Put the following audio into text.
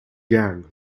gang